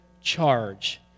charge